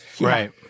right